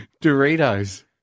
Doritos